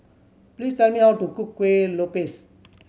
please tell me how to cook Kueh Lopes